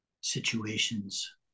situations